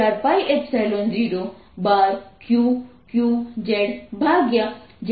તેથી Fnet 14π012 Q q zz2R232 થશે